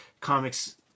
comics